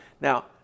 Now